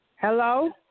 Hello